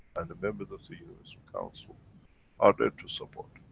and the members of the universal council are there to support.